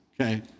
okay